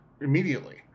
immediately